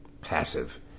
passive